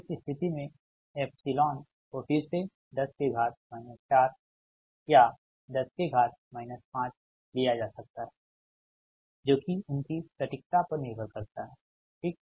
इस स्थिति में एप्सिलॉन को फिर से 10 के घात माइनस 4 या 10 के घात माइनस 5 लिया जा सकता है जो कि उनकी सटीकता पर निर्भर करता है ठीक